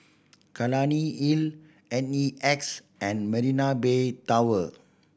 Clunny Hill N E X and Marina Bay Tower